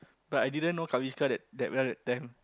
but I didn't know Kaviska that that well that time